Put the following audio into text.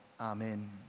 Amen